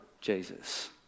Jesus